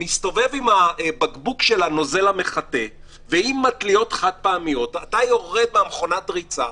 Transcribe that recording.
מסתובב עם הנוזל המחטא ועם מטליות חד פעמיות אתה עובר על מכונת הריצה,